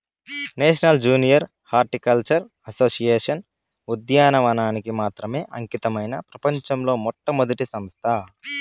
national junior horticultural association ఉద్యానవనానికి మాత్రమే అంకితమైన ప్రపంచంలో మొట్టమొదటి సంస్థ